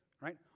Right